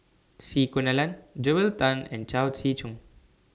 C Kunalan Joel Tan and Chao Tzee Cheng